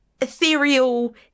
ethereal